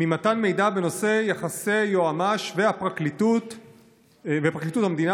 ממתן מידע בנושא יחסי היועמ"ש ופרקליטות המדינה,